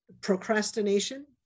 procrastination